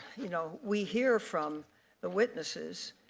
you know, we hear from the witnesses